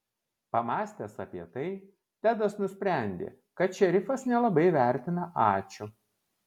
pamąstęs apie tai tedas nusprendė kad šerifas nelabai vertina ačiū